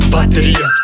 Bateria